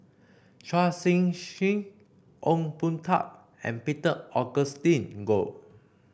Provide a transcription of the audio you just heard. Chua Sian Chin Ong Boon Tat and Peter Augustine Goh